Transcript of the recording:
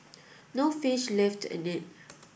no fish lived in it